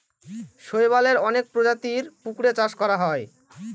শৈবালের অনেক প্রজাতির পুকুরে চাষ করা হয়